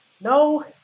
no